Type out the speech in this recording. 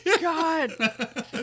God